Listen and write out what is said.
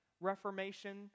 reformation